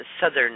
southern